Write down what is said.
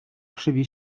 krzywi